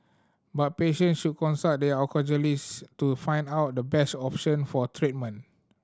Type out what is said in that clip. but patients should consult their oncologist to find out the best option for treatment